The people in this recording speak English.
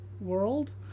world